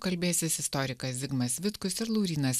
kalbėsis istorikas zigmas vitkus ir laurynas